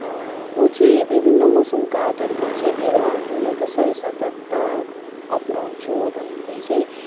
म चाहिँ विभिन्न मौसमका आधारमा चाहिँ बिरुवाहरूलाई कसरी सतर्कता अपनाउछु भन्ने चाहिँ